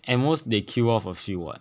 and most they kill off a few [what]